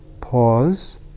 Pause